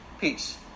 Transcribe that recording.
peace